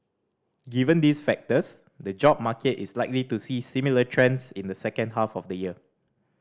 given these factors the job market is likely to see similar trends in the second half of the year